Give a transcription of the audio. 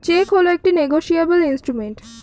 check হল একটি negotiable instrument